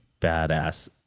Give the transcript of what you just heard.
badass